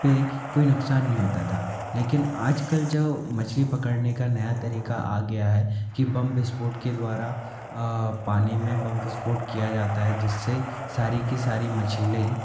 पर कोई नुकसान नहीं होता था लेकिन आजकल जब मछली पकड़ने का नया तरीका आ गया है कि बम विस्फोट के द्वारा पानी में बम विस्फोट किया जाता है जिससे सारी की सारी मछली ही